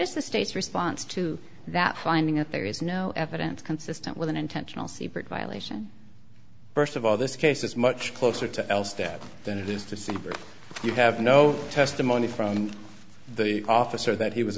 is the state's response to that finding out there is no evidence consistent with an intentional siebert violation first of all this case is much closer to else there than it is to see you have no testimony from the officer that he was